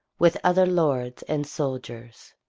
with other lords and soldiers.